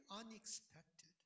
unexpected